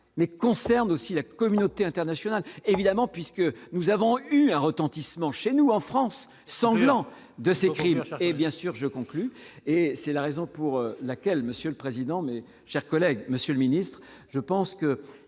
mais concerne aussi la communauté internationale, évidemment, puisque nous avons eu un retentissement chez nous en France sanglants de ces crimes et bien sûr je conclus et c'est la raison pour laquelle, Monsieur le Président mais, chers collègues, Monsieur le Ministre, je pense qu'il